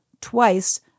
twice